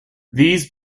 these